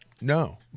No